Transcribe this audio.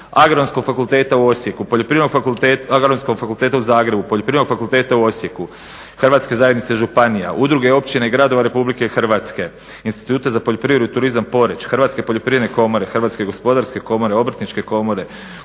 Agronomskog fakulteta u Osijeka, Agronomskog fakulteta u Zagrebu, Poljoprivrednog fakulteta u Osijeku, Hrvatske zajednice županija, Udruge općine i gradova RH, Instituta za poljoprivredu, turizam Poreč, Hrvatske poljoprivredne komore, Hrvatske gospodarske komore, Obrtničke komore,